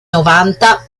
novanta